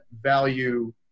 value